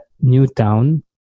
Newtown